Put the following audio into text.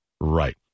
Right